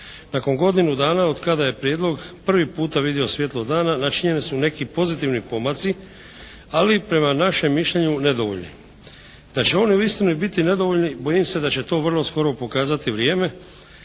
Nakon godinu dana od kada je prijedlog prvi puta vidio svijetlo dana načinjeni su neki pozitivni pomaci, ali prema našem mišljenju nedovoljni. Da će oni uistinu i biti nedovoljni bojim se da će to vrlo skoro pokazati vrijeme,